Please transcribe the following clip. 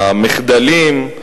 המחדלים,